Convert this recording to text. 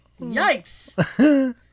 Yikes